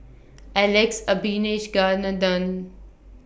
Alex Abisheganaden